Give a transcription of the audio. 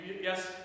yes